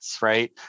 right